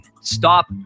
stop